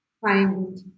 find